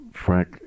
Frank